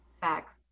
Facts